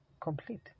complete